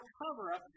cover-up